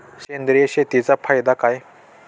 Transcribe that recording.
सेंद्रिय शेतीचा फायदा काय?